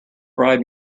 bribe